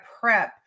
prep